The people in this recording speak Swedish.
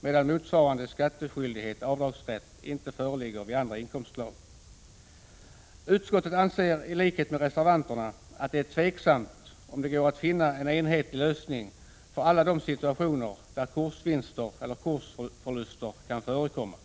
medan motsvarande skattskyldighet/avdragsrätt inte föreligger vid andra inkomstslag. Utskottet anser i likhet med reservanterna att det är tveksamt om det går att finna en enhetlig lösning för alla de situationer där kursvinster eller kursförluster kan förekomma.